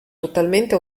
totalmente